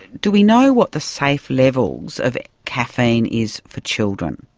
do we know what the safe levels of caffeine is for children?